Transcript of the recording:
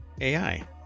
AI